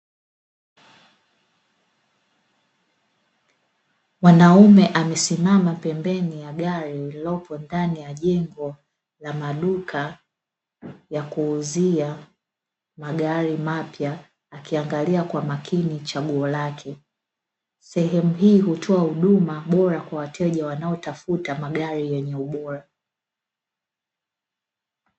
Mwanaume amesimama pembeni ya gari lililopo ndani ya jengo la maduka ya kuuzia magari mapya, akiangalia kwa makini chaguo lake. Sehemu hii hutoa huduma bora kwa wateja wanaotafuta magari yenye ubora.